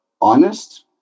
honest